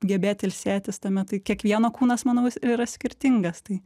gebėt ilsėtis tame tai kiekvieno kūnas manau jis yra skirtingas tai